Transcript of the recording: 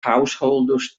householders